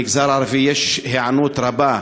המגזר הערבי, יש היענות רבה.